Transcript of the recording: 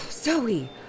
Zoe